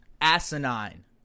asinine